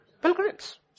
Pilgrims